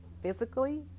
physically